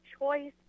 choice